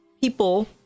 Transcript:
people